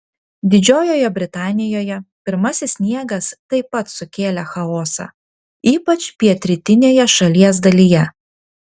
didžiojoje britanijoje pirmasis sniegas taip pat sukėlė chaosą ypač pietrytinėje šalies dalyje